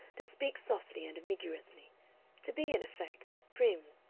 to speak softly and ambiguously to be, in effect, prim.